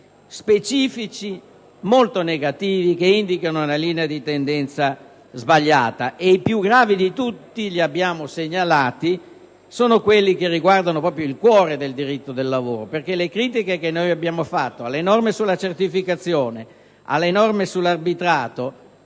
specifici molto negativi, che indicano una linea di tendenza sbagliata, i più gravi dei quali - come abbiamo segnalato - riguardano proprio il cuore del diritto del lavoro. Le critiche che abbiamo mosso alle norme sulla certificazione e sull'arbitrato